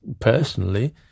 personally